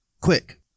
Quick